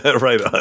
Right